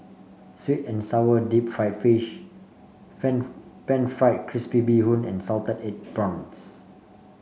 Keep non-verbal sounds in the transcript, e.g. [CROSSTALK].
sweet and sour Deep Fried Fish [UNINTELLIGIBLE] pan fried crispy Bee Hoon and Salted Egg Prawns